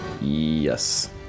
Yes